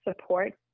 support